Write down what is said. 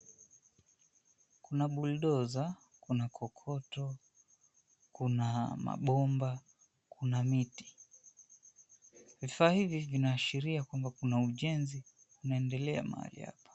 Kuna bulldozer , kuna kokoto, kuna mabomba, kuna miti. Vifaa hivi vinaashiria kwamba kuna ujenzi unaendelea mahali hapa.